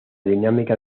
dinámica